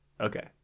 Okay